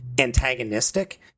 antagonistic